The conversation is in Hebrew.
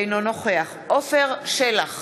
אינו נוכח עפר שלח,